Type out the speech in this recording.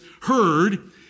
heard